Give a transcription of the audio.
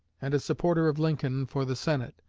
and a supporter of lincoln for the senate,